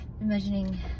Imagining